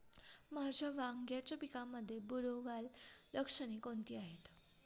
माझ्या वांग्याच्या पिकामध्ये बुरोगाल लक्षणे कोणती आहेत?